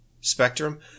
spectrum